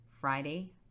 Friday